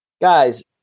guys